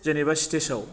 जेनेबा सिटेजाव